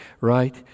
right